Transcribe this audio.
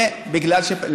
זה בגלל שפתחנו.